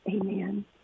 Amen